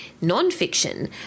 non-fiction